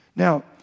Now